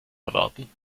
erwarten